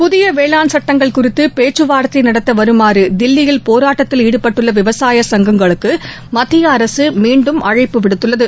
புதிய வேளாண் சட்டங்கள் குறித்து பேச்சுவார்த்தை நடத்த வருமாறு தில்லியில் போராட்டத்தில் ஈடுபட்டுள்ள விவசாய சங்கங்களுக்கு மத்திய அரசு மீண்டும் அழைப்பு விடுத்துள்ளது